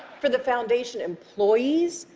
for the foundation employees,